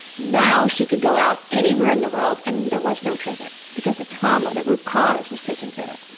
now she can go out anywhere in the world and there was no trigger. because the trauma the root cause was taken care of.